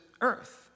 earth